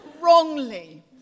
Wrongly